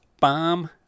Bomb